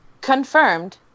Confirmed